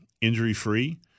injury-free